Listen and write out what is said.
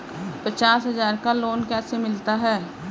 पचास हज़ार का लोन कैसे मिलता है?